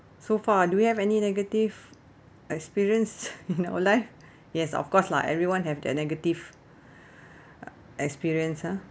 so far do you have any negative experience in your life yes of course lah everyone have their negative experience ah